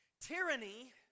tyranny